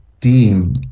team